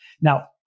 Now